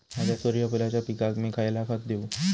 माझ्या सूर्यफुलाच्या पिकाक मी खयला खत देवू?